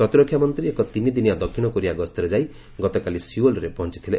ପ୍ରତିରକ୍ଷାମନ୍ତ୍ରୀ ଏକ ତିନିଦିନିଆ ଦକ୍ଷିଣ କୋରିଆ ଗସ୍ତରେ ଯାଇ ଗତକାଲି ସିଓଲରେ ପହଞ୍ଚିଥିଲେ